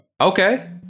Okay